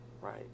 right